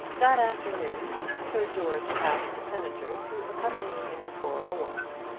that afternoon sir george asked the senator to accompany him for a walk.